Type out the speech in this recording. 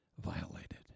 violated